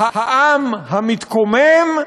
העם המתקומם,